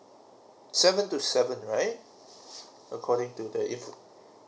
seven to seven right according to the inf~